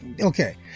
Okay